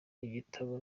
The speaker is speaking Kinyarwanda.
ibitabo